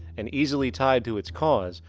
and easily tied to its cause,